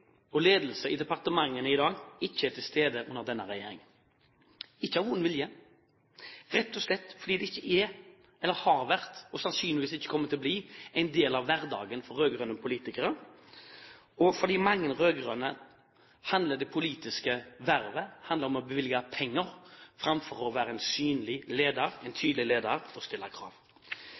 og ledelse i departementene i dag ikke er til stede under denne regjeringen – ikke av vond vilje, men rett og slett fordi det ikke er, eller har vært, og sannsynligvis ikke kommer til å bli, en del av hverdagen for rød-grønne politikere, og fordi det politiske vervet for mange rød-grønne handler om å bevilge penger framfor å være en synlig leder, en tydelig leder, og stille krav.